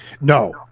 No